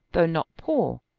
though not poor,